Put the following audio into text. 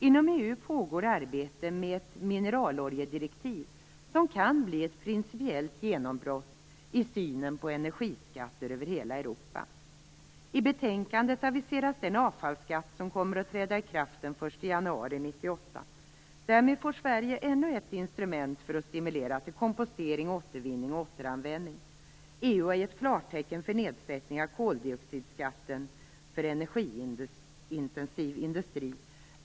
Inom EU pågår arbetet med ett mineraloljedirektiv som kan bli ett principiellt genombrott i synen på energiskatter över hela Europa. I betänkandet aviseras den avfallsskatt som kommer att träda i kraft den 1 januari 1998. Därmed får Sverige ännu ett instrument för att stimulera till kompostering, återvinning och återanvändning. EU har gett klartecken för nedsättning av koldioxidskatten för energiintensiv industri.